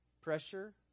Pressure